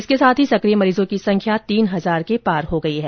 इसके साथ ही सक्रिय मरीजों की संख्या तीन हजार के पार हो गई है